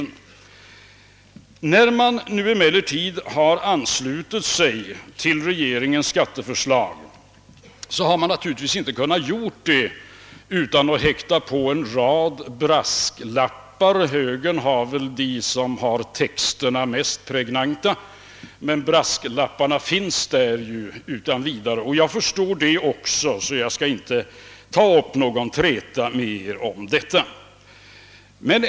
När man nu har anslutit sig till regeringens skatteförslag har man emellertid inte kunnat göra det utan att häkta på en rad brasklappar. Högern har väl de mest pregnanta texterna, men brasklapparna finns överallt. Jag förstår detta också, och jag skall därför inte ta upp någon träta om saken.